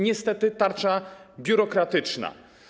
Niestety to tarcza biurokratyczna.